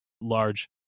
large